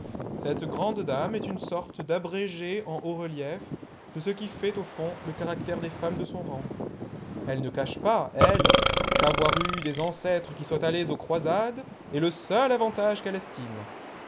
cette grande dame est une sorte d'abrégé en haut relief de ce qui fait au fond le caractère des femmes de son rang elle ne cache pas elle qu'avoir eu des ancêtres qui soient allés aux croisades est le seul avantage qu'elle estime